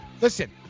Listen